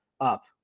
up